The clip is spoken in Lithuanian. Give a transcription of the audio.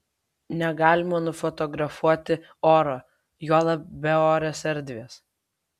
negalima nufotografuoti oro juolab beorės erdvės